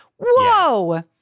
Whoa